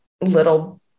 little